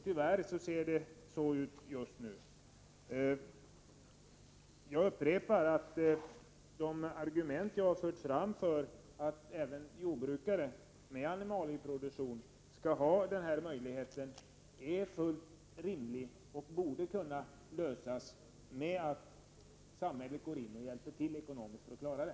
Tyvärr ser det så ut just nu. Jag upprepar att de argument jag har fört fram för att även jordbrukare med animalieproduktion skall ha den här möjligheten är fullt rimliga. Frågan borde kunna lösa§ genom att samhället går in och hjälper till ekonomiskt.